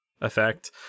effect